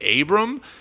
Abram